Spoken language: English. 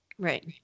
Right